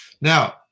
now